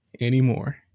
anymore